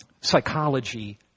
psychology